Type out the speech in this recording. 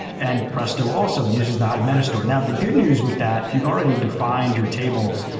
and presto also uses the hive meta-store. now the good news with that, if you've already defined your tables,